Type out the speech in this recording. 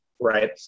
Right